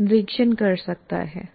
निरीक्षण कर सकता है